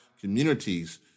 communities